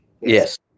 Yes